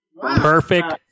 Perfect